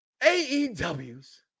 AEW's